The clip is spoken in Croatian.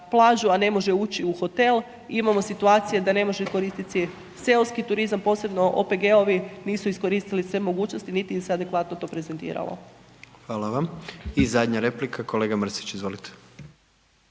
plaću a ne može ući u hotel. Imamo situacije da ne može koristiti seoski turizam, posebno OPG-ovi, nisu iskoristili sve mogućnosti niti im se adekvatno to prezentiralo. **Jandroković, Gordan (HDZ)** Hvala vam. I zadnja replika kolega Mrsić, izvolite.